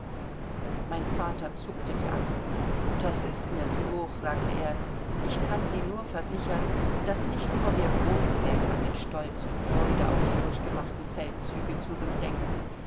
mein vater zuckte die achseln das ist mir zu hoch sagte er ich kann sie nur versichern daß nicht nur wir großväter mit stolz und freude auf die durchgemachten feldzüge zurückdenken